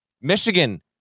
Michigan